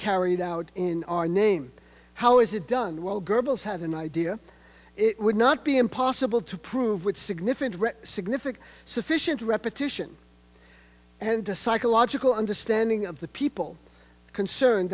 carried out in our name how is it done well gerbils had an idea it would not be impossible to prove with significant significance sufficient repetition and to psychological understanding of the people concerned